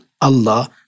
Allah